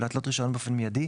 להתלות רישיון באופן מידי,